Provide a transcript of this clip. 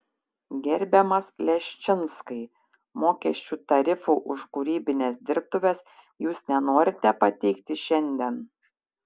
gerbiamas leščinskai mokesčių tarifų už kūrybines dirbtuves jūs nenorite pateikti šiandien